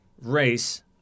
race